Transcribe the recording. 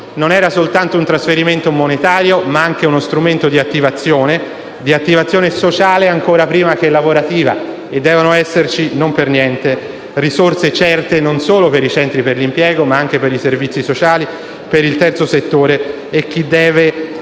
non era soltanto un trasferimento monetario, ma anche uno strumento di attivazione sociale, ancor prima che lavorativa, e devono esserci, non per niente, risorse certe non solo per i centri per l’impiego ma anche per i servizi sociali, per il terzo settore e per chi deve